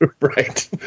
Right